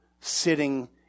sitting